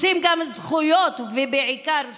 רוצים גם זכויות, ובעיקר זכויות.